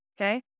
okay